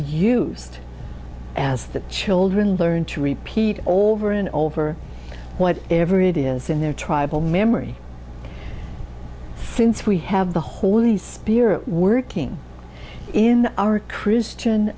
used as the children learn to repeat all over and over what ever it is in their tribal memory since we have the holy spirit working in our christian